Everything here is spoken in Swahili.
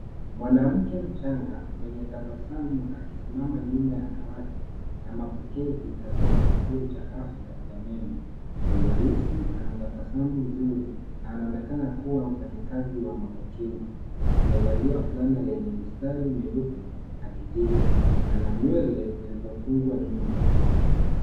Mwanamke mchanga mwenye tabasamu akisimama nyuma ya dawati ya mapokezi katika kituo cha afya ya meno. Ni mweusi. Anatabasamu nzuri na anaonekana kuwa mfanyakazi wa mapokezi. Amevalia fulana yenye mistari meupe na kijivu. Ana nywele zilizofungwa nyuma.